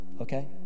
Okay